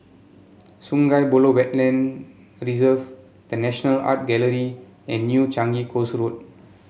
Sungei Buloh Wetland Reserve The National Art Gallery and New Changi Coast Road